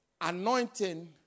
anointing